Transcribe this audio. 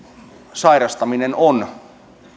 sairastaminen on